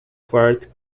quart